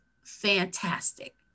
fantastic